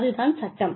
அதுதான் சட்டம்